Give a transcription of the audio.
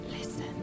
listen